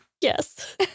Yes